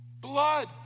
blood